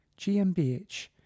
GMBH